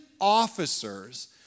officers